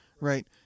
right